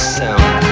sound